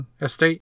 estate